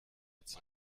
zum